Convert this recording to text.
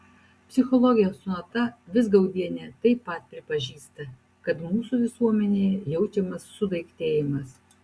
psichologė sonata vizgaudienė taip pat pripažįsta kad mūsų visuomenėje jaučiamas sudaiktėjimas